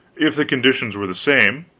if the conditions were the same,